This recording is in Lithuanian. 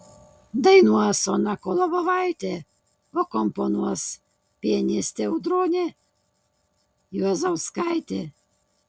dainuos ona kolobovaitė akompanuos pianistė audronė juozauskaitė